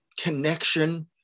connection